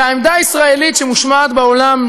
והעמדה הישראלית שמושמעת בעולם,